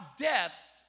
death